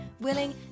willing